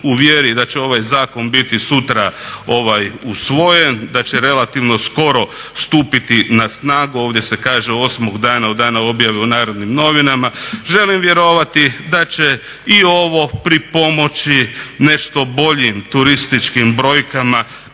u vjeri da će ovaj zakon biti sutra usvojen, da će relativno skoro stupiti na snagu, ovdje se kaže osmog dana od dana objave u Narodnim novinama želim vjerovati da će i ovo pripomoći nešto boljim turističkim brojkama